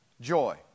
joy